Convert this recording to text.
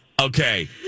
Okay